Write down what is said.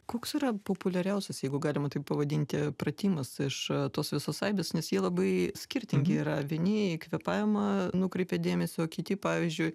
koks yra populiariausias jeigu galima taip pavadinti pratimas iš tos visos aibės nes jie labai skirtingi yra vieni į kvėpavimą nukreipia dėmesį o kiti pavyzdžiui